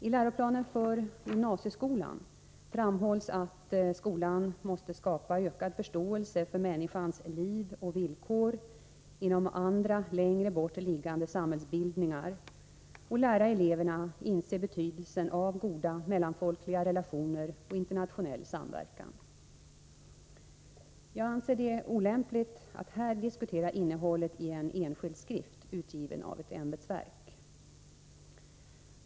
I läroplanen för gymnasieskolan framhålls att skolan måste skapa ökad förståelse för människans liv och villkor inom andra längre bort liggande samhällsbildningar och lära eleverna inse betydelsen av goda mellanfolkliga relationer och internationell samverkan. Jag anser det olämpligt att här diskutera innehållet i en enskild skrift, utgiven av ett ämbetsverk.